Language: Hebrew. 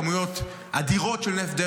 כמויות אדירות של נפט,